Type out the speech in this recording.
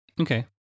Okay